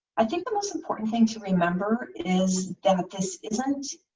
i think the most important thing to remember is that this isn't.